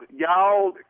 y'all